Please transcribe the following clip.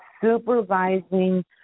supervising